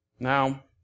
Now